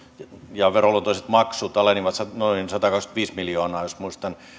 ja veroluontoiset maksut alenivat noin satakaksikymmentäviisi miljoonaa jos muistan